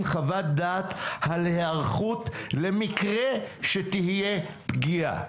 חוות דעת על היערכות למקרה שתהיה פגיעה.